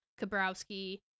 Kabrowski